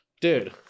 Dude